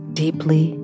deeply